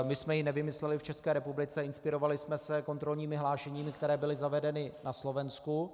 My jsme ji nevymysleli v České republice, inspirovali jsme se kontrolními hlášeními, která byla zavedena na Slovensku.